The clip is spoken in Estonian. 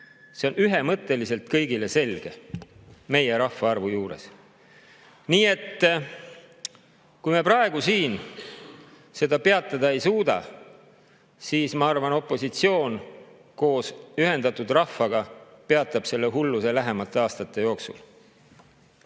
See on ühemõtteliselt kõigile selge meie rahvaarvu juures. Nii et kui me praegu siin seda peatada ei suuda, siis ma arvan, et opositsioon koos ühendatud rahvaga peatab selle hulluse lähemate aastate jooksul.